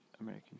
American